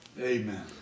Amen